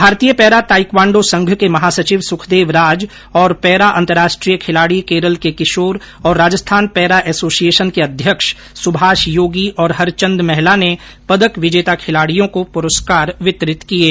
भारतीय para taekwondo संघ के महासचिव सुखदेव राज और पैरा अंतरराष्ट्रीय खिलाड़ी केरल के किशोर और राजस्थान पैरा एसोसिएशन के अध्यक्ष सुभाष योगी और हरचंद महला ने पदक विजेता खिलाडियों को पुरस्कार वितरित किये